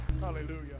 Hallelujah